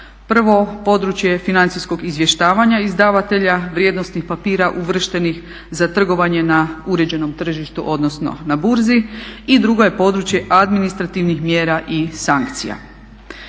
Prvo područje je financijskog izvještavanja izdavatelja vrijednosnih papira uvrštenih za trgovanje na uređenom tržištu, odnosno na burzi. I drugo je područje administrativnih mjera i sankcija.